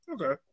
Okay